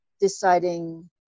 deciding